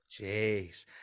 jeez